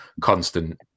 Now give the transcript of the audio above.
constant